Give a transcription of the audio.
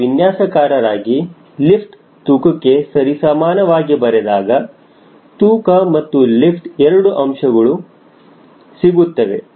ಒಬ್ಬ ವಿನ್ಯಾಸಕಾರರಾಗಿ ಲಿಫ್ಟ್ ತೂಕಕ್ಕೆ ಸರಿಸಮಾನವಾಗಿ ಬರೆದಾಗ ತೂಕ ಮತ್ತು ಲಿಫ್ಟ್ 2 ಅಂಶಗಳು ಸಿಗುತ್ತವೆ